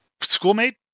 schoolmate